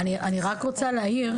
אני רק רוצה להעיר.